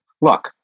look